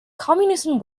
communism